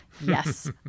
yes